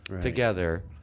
together